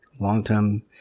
long-time